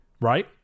right